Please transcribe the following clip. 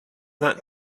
that